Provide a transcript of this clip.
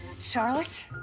Charlotte